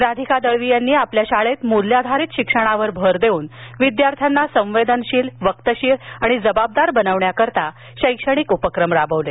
राधिका दळवी यांनी आपल्या शाळेत मूल्याधारित शिक्षणावर भर देऊन विद्यार्थ्यांना संवेदनशील वक्तशीर आणि जबाबदार बनवण्याकरिता शैक्षणिक उपक्रम राबविले